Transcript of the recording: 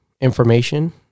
information